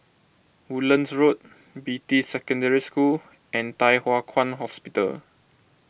Woodlands Road Beatty Secondary School and Thye Hua Kwan Hospital